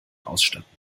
ausstatten